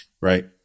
Right